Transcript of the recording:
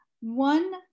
One